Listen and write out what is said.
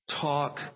talk